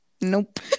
nope